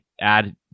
add